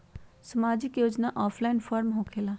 समाजिक योजना offline form होकेला?